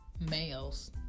Males